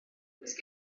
oes